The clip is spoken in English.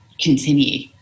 continue